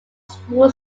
school